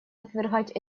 отвергать